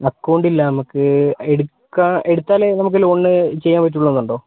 അക്കൗണ്ടില്ല നമുക്ക് എടുക്കാൻ എടുത്താൽ നമുക്ക് ലോണിന് ചെയ്യാൻ പറ്റുകയുള്ളു എന്നുണ്ടോ